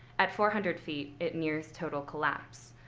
at four hundred feet, it nears total collapse.